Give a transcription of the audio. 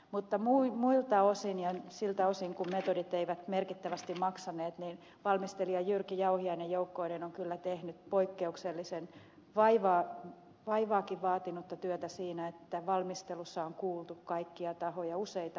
mutta muilta osin ja siltä osin kuin metodit eivät merkittävästi maksaneet niin valmistelija jyrki jauhiainen joukkoineen on kyllä tehnyt poikkeuksellisen paljon vaivaakin vaatinutta työtä siinä että tämän valmistelussa on kuultu kaikkia tahoja useita